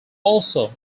also